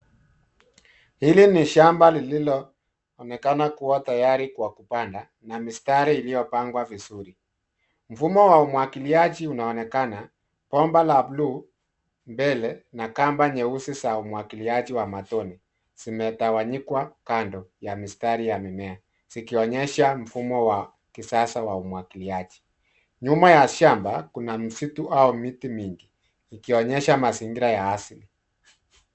Hili ni shamba lililoonekana kuwa tayari kwa kupanda na mistari iliyopangwa vizuri. Mfumo wa umwagiliaji unaonekana. Bomba la bluu mbele na kamba nyeusi za umwagiliaji wa matone zimetawanyikwa kando ya mistari ya mimea, zikionyesha mfumo wa kisasa wa umwagiliaji. Nyuma ya shamba kuna msitu au miti mingi, ikionyesha mazingira ya asili.